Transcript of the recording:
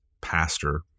pastor